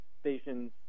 stations